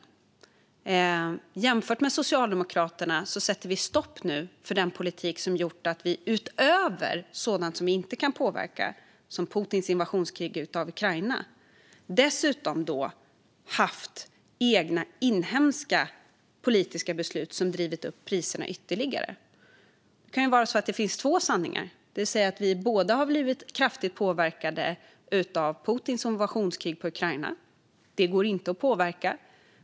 Till skillnad från Socialdemokraterna sätter vi nu stopp för den politik som gjort att vi utöver sådant som vi inte kan påverka, som Putins invasionskrig i Ukraina, dessutom haft inhemska politiska beslut som drivit upp priserna ytterligare. Det kan ju vara så att det finns två sanningar. Vi har blivit påverkade av Putins invasionskrig i Ukraina. Det kan vi inte påverka.